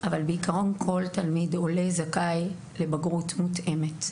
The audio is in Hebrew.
אבל בעקרון כל תלמיד עולה זכאי לבגרות מותאמת.